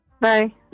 Bye